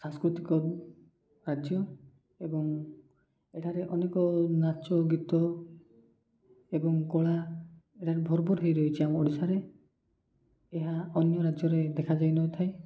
ସାଂସ୍କୃତିକ ରାଜ୍ୟ ଏବଂ ଏଠାରେ ଅନେକ ନାଚ ଗୀତ ଏବଂ କଳା ଏଠାରେ ଭରପୁର ହୋଇ ରହିଛି ଆମ ଓଡ଼ିଶାରେ ଏହା ଅନ୍ୟ ରାଜ୍ୟରେ ଦେଖାଯାଇନଥାଏ